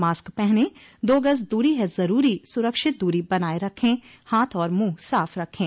mask पहनें दो गज़ दूरी है ज़रूरी सुरक्षित दूरी बनाए रखें हाथ और मुंह साफ रखें